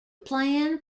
plan